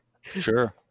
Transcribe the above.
Sure